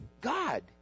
God